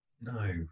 no